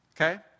okay